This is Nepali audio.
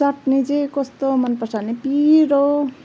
चट्नी चाहिँ कस्तो मन पर्छ भने पिरो